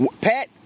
Pat